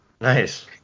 Nice